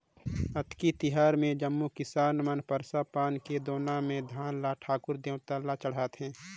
अक्ती तिहार मे जम्मो किसान मन परसा पान के दोना मे धान ल ठाकुर देवता ल चढ़ाथें